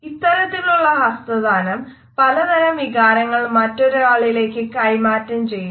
ഇത്തരത്തിലുള്ള ഹസ്തദാനം പലതരം വികാരങ്ങൾ മറ്റൊരാളിലേക്ക് കൈമാറ്റം ചെയ്യുന്നു